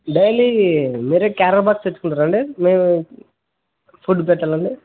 daily మీరు carriage box తెచ్చుకుంటారా అండి మేము ఫుడ్ పెట్టాలండి